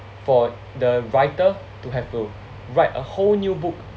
for the writer to have to write a whole new book